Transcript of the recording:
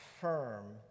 firm